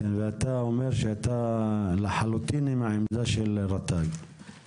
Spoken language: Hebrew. ואתה אומר שאתה לחלוטין עם העמדה של רט"ג?